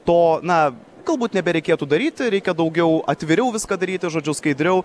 to na galbūt nebereikėtų daryti reikia daugiau atviriau viską daryti žodžiu skaidriau